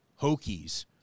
Hokies